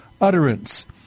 utterance